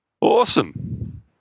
Awesome